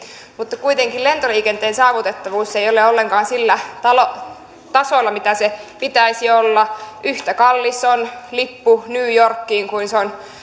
mutta kuitenkaan lentoliikenteen saavutettavuus ei ole ollenkaan sillä tasolla millä sen pitäisi olla yhtä kallis on lippu new yorkiin kuin on se